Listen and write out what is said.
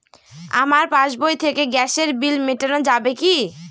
আমার পাসবই থেকে গ্যাসের বিল মেটানো যাবে কি?